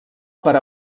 per